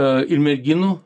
a ir merginų